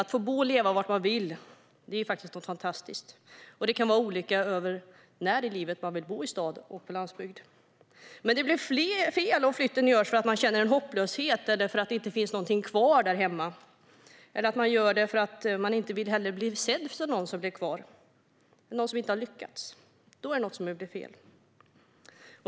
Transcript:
Att få bo och leva var man vill är något fantastiskt. Det kan vara olika under livet när man vill bo i stad och när man vill bo på landsbygd. Men det blir fel om flytten görs för att man känner hopplöshet och för att det inte finns någonting kvar där hemma eller att man gör det för att man inte vill bli sedd som någon som blev kvar och någon som inte har lyckats. Då är det något som är fel.